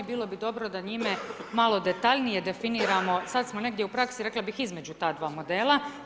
Bilo bi dobro da njime malo detaljnije definiramo i sad smo negdje u praksi, rekla bih između ta dva modela.